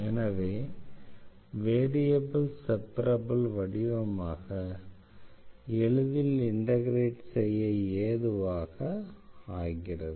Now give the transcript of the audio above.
எனவே variable separable வடிவமாக எளிதில் இண்டெக்ரேட் செய்ய ஏதுவாக ஆகிறது